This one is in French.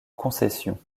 concessions